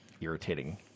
irritating